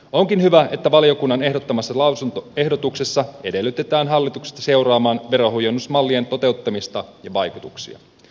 onkin hyvä että valiokunnan ehdottamassa lausuntoehdotuksessa edellytetään hallitusta seuraamaan veronhuojennusmallien toteuttamista ja vaikutuksia